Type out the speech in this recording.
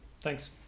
Thanks